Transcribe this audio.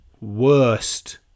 worst